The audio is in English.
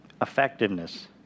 effectiveness